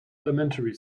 elementary